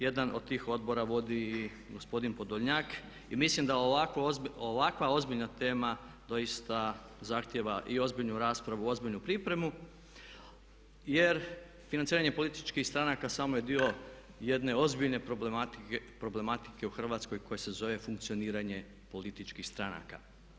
Jedan od tih odbora vodi i gospodin Podolnjak i mislim da ovakva ozbiljna tema doista zahtjeva i ozbiljnu raspravu, ozbiljnu pripremu jer financiranje političkih stranaka samo je dio jedne ozbiljne problematike u Hrvatskoj koja se zove funkcioniranje političkih stranaka.